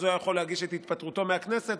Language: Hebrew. היה יכול להגיש את התפטרותו מהכנסת,